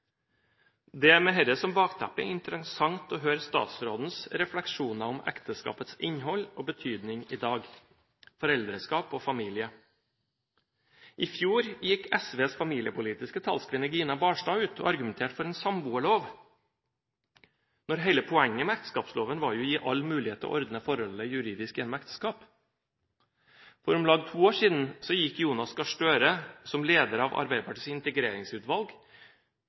Det blir med dette som bakteppe interessant å høre statsrådens refleksjoner om ekteskapets innhold og betydning i dag, og om foreldreskap og familie. I fjor gikk SVs familiepolitiske talskvinne Gina Barstad ut og argumenterte for en samboerlov, når hele poenget med ekteskapsloven var å gi alle mulighet til å ordne forholdet juridisk gjennom ekteskap. For om lag to år siden gikk Jonas Gahr Støre som leder av Arbeiderpartiets integreringsutvalg